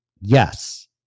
Yes